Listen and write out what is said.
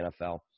NFL